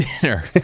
dinner